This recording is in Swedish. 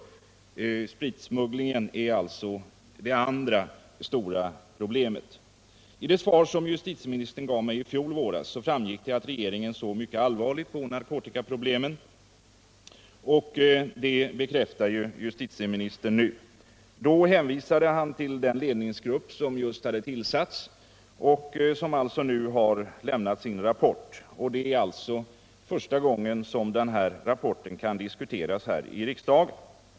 Narkotikasmugglingen är emellertid det stora problemet i detta sammanhang. Av det svar justitieministern gav mig i fjol våras framgick att regeringen såg mycket allvarligt på narkotikaproblemen, och justitieministern bekräftar nu den inställningen. Justitieministern hänvisade då till den ledningsgrupp som just hade tillsatts av regeringen och som nu har lämnat sin rapport. Detta är första gången som denna rapport kan diskuteras här i riksdagen.